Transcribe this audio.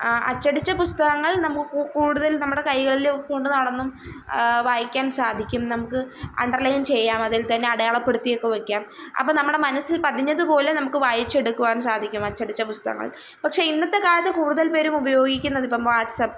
അച്ചടിച്ച പുസ്തകങ്ങള് നമുക്ക് കൂടുതല് നമ്മളുടെ കൈകളില് കൊണ്ടു നടന്നും വായിക്കാന് സാധിക്കും നമുക്ക് അണ്ടെര്ലൈന് ചെയ്യാം അതില് തന്നെ അടയാളപ്പെടുത്തിയൊക്കെ വയ്ക്കാം അപ്പോൾ നമ്മുടെ മനസ്സില് പതിഞ്ഞതു പോലെ നമുക്ക് വായിച്ചെടുക്കുവാന് സാധിക്കും അച്ചടിച്ച പുസ്തകങ്ങൾ പക്ഷെ ഇന്നത്തെ കാലത്ത് കൂടുതല് പേരും ഉപയോഗിക്കുന്നത് ഇപ്പം വാട്സ്സപ്